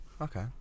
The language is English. Okay